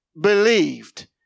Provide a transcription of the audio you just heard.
believed